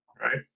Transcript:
right